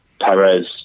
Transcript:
Perez